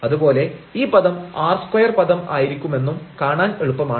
അതുപോലെ ഈ പദം r2 പദം ആയിരിക്കുമെന്നും കാണാൻ എളുപ്പമാണ്